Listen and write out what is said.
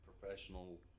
professional